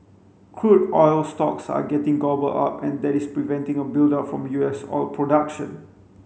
crude oil stocks are getting gobbled up and that is preventing a buildup from U S oil production